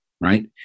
right